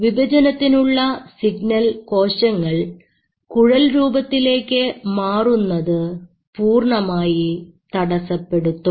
വിഭജനത്തിനുള്ള signal കോശങ്ങൾ കുഴൽ രൂപത്തിലേക്ക് മാറുന്നതിന് പൂർണമായി തടസ്സപ്പെടുത്തും